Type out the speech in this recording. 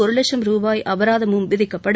ஒரு லட்சம் ருபாய் அபராதமும் விதிக்கப்படும்